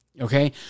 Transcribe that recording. Okay